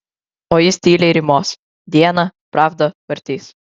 o jis tyliai rymos dieną pravdą vartys